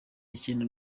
ikindi